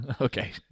Okay